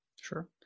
Sure